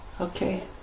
Okay